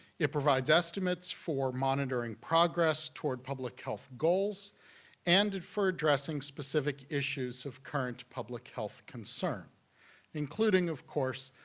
it provides estimates for monitoring progress toward public health goals and for addressing specific issues of current public health concern including, of course,